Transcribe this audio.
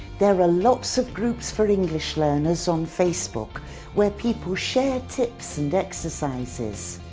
there are lots of groups for english learners on facebook where people share tips and exercises.